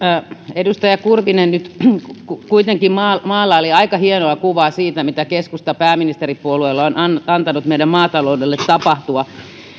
edustaja kurvinen nyt kuitenkin maalaili aika hienoa kuvaa siitä mitä keskusta pääministeripuolueena on antanut meidän maataloudelle tapahtua